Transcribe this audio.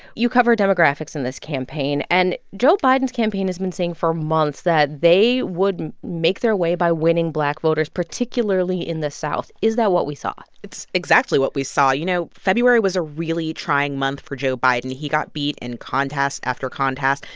you cover demographics in this campaign. and joe biden's campaign has been saying for months that they would make their way by winning black voters, particularly in the south. is that what we saw? it's exactly what we saw. you know, february was a really trying month for joe biden. he got beat in contest after contest.